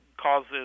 causes